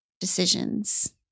decisions